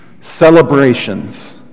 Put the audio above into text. celebrations